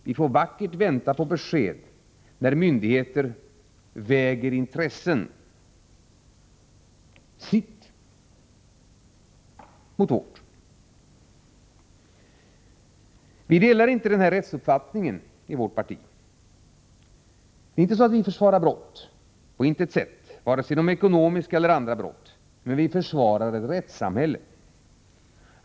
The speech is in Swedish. Vi får vackert vänta på besked när myndigheter väger intressen, sitt mot vårt. Vi delar inte denna rättsuppfattning i vårt parti. Det är inte så att vi försvarar brott, på intet sätt, vare sig de ekonomiska eller de andra brotten. Men vi försvarar ett rättssamhälle.